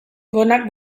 gonak